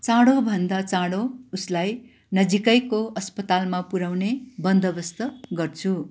चाँडो भन्दा चाँडो उसलाई नजिकैको अस्पतालमा पुऱ्याउने बन्दोबस्त गर्छु